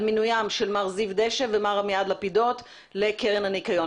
מינויים של מר זיו דשא ומר עמיעד לפידות לקרן הניקיון.